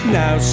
now